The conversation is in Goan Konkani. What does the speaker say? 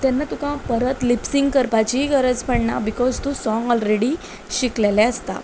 ते तुका परत लिप्सिंग करपाची गरज पडना बिकॉज तूं साँग ऑलरेडी शिकलेले आसता